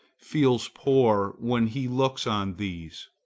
feels poor when he looks on these.